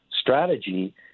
strategy